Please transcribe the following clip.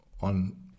on